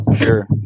Sure